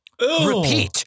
Repeat